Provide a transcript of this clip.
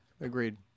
agreed